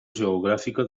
geogràfica